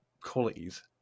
qualities